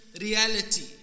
reality